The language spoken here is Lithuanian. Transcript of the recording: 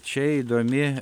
čia įdomi